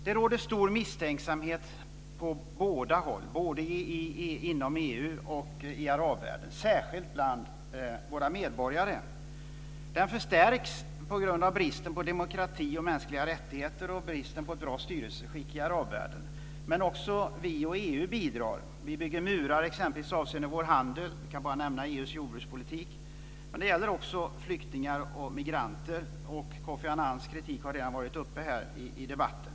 Det råder stor misstänksamhet på båda håll, både inom EU och i arabvärlden, särskilt bland våra medborgare. Den förstärks på grund av bristen på demokrati och mänskliga rättigheter och bristen på ett bra styrelseskick i arabvärlden. Men också vi och EU bidrar. Vi bygger murar exempelvis avseende vår handel. Jag kan bara nämna EU:s jordbrukspolitik. Men det gäller också flyktingar och migranter, och Kofi Annans kritik har redan varit uppe här i debatten.